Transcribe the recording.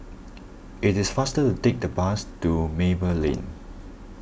it is faster to take the bus to Maple Lane